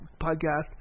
podcast